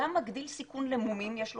זה גם מגדיל סיכוי למומים יש לומר,